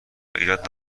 ایراد